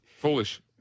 foolish